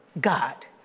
God